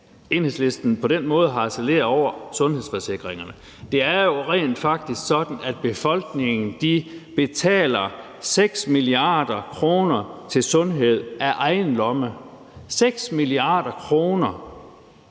Enhedslisten på den måde harcelerer over sundhedsforsikringerne. Det er jo rent faktisk sådan, at befolkningen betaler 6 mia. kr. til sundhed af egen lomme – 6 mia. kr.!